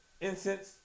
incense